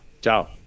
Ciao